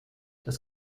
das